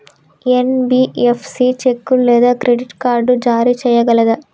NBFC చెక్కులు లేదా credit card జారీ చేయగలదా?